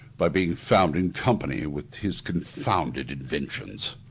by being found in company with his confounded inventions.